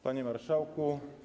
Panie Marszałku!